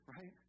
Right